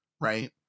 right